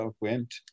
went